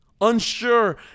Unsure